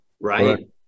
right